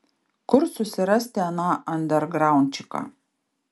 kur susirasti aną andergraundčiką